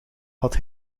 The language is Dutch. had